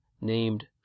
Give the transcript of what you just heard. named